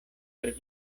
per